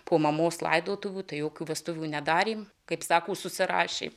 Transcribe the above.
po mamos laidotuvių tai jokių vestuvių nedarėm kaip sako susirašėm